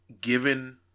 given